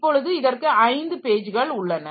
இப்பொழுது இதற்கு ஐந்து பேஜ்கள் உள்ளன